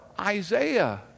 Isaiah